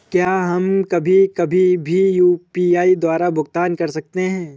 क्या हम कभी कभी भी यू.पी.आई द्वारा भुगतान कर सकते हैं?